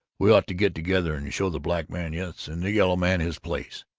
we ought to get together and show the black man, yes, and the yellow man, his place.